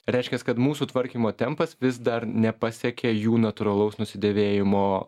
reiškias kad mūsų tvarkymo tempas vis dar nepasiekė jų natūralaus nusidėvėjimo